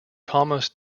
thomas